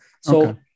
So-